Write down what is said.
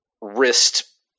wrist